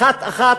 אחת-אחת,